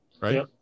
right